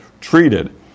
treated